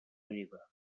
river